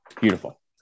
beautiful